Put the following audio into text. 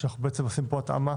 שאנחנו בעצם עושים כאן התאמה